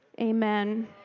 Amen